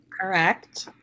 Correct